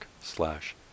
slash